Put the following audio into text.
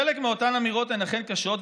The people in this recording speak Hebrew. חלק מאותן אמירות הן אכן קשות,